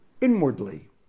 inwardly